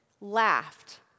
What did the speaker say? laughed